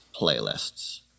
playlists